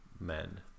men